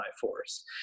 force